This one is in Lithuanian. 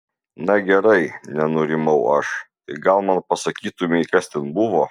na gerai nenurimau aš tai gal man pasakytumei kas ten buvo